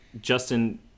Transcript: Justin